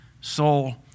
soul